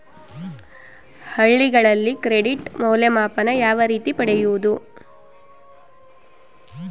ಹಳ್ಳಿಗಳಲ್ಲಿ ಕ್ರೆಡಿಟ್ ಮೌಲ್ಯಮಾಪನ ಯಾವ ರೇತಿ ಪಡೆಯುವುದು?